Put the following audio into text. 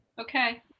Okay